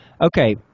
Okay